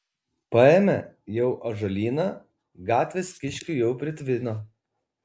paėmė jau ąžuolyną gatvės kiškių jau pritvino